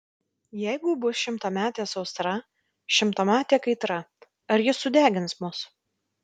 jeigu bus šimtametė sausra šimtametė kaitra ar ji sudegins mus